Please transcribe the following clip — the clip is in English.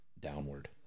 downward